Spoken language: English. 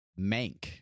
mank